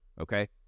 Okay